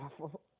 awful